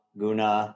guna